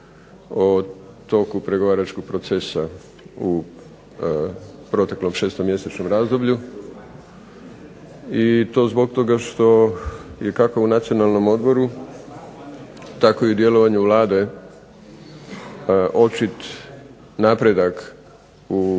o toku pregovaračkog procesa u protekom šestomjesečnom razdoblju i to zbog toga što je kako u Nacionalnom odboru tako i u djelovanju Vlade očit napredak u